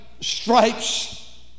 stripes